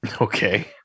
Okay